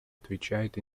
отвечает